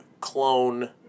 clone